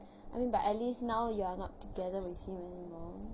I mean but at least now you are not together with him anymore